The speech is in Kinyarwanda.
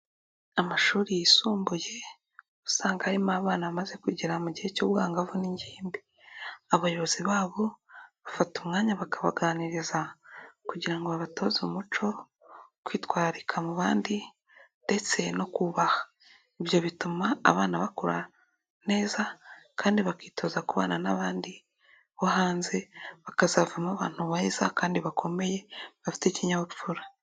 Amashuri yisumbuye usanga arimo abana bamaze kugera mu gihe cy'ubwangavu n'ingimbi, abayobozi babo bafata umwanya bakabaganiriza kugira babatoze umuco, kwitwararika mu bandi ndetse no kubaha, ibyo bituma abana bakura neza kandi bakitoza kubana n'abandi bo hanze, bakazavamo abantu beza kandi bakomeye bafite ikinyabupfura.